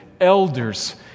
elders